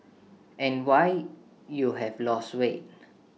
and why you have lost weight